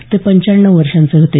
ते पंचाण्णव वर्षांचे होते